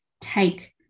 take